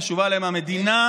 חשובה להם המדינה,